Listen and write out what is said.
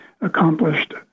accomplished